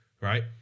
Right